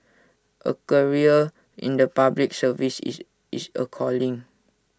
A career in the Public Service is is A calling